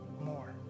more